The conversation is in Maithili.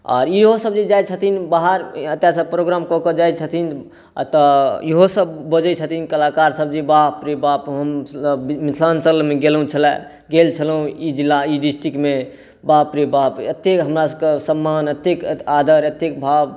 आओर इहोसब जे जाइ छथिन बाहर एतऽसँ प्रोग्राम कऽ कऽ जाइ छथिन तऽ इहोसब बाजै छथिन कलाकारसब जे बाप रे बाप हमसब मिथिलाञ्चलमे गेल छलहुँ ई जिला ई डिस्ट्रिक्टमे बाप रे बाप एतेक हमरासबके सम्मान एतेक आदर एतेक भाव